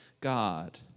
God